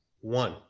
one